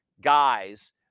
guys